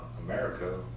America